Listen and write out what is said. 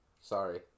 Sorry